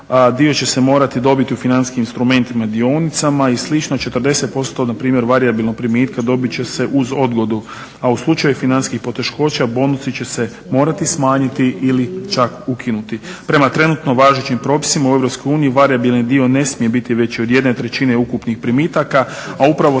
Dio će se morati dobiti u financijskim instrumentima, dionicama i slično, 40% npr. varijabilnog primitka dobit će uz odgodu a u slučaju financijskih poteškoća bonusi će se morati smanjiti ili čak ukinuti. Prema trenutno važećim propisima u EU varijabilni dio ne smije biti veći od jedne trećine ukupnih primitaka a upravo